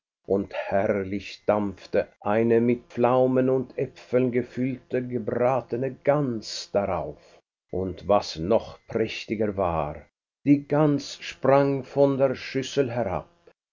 und herrlich dampfte eine mit pflaumen und äpfeln gefüllte gebratene gans darauf und was noch prächtiger war die gans sprang von der schüssel herab